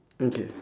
okay